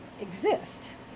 exist